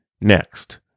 next